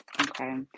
okay